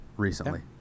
recently